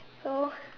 so